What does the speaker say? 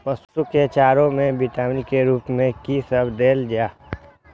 पशु के चारा में विटामिन के रूप में कि सब देल जा?